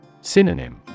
Synonym